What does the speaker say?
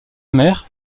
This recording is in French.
mère